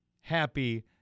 happy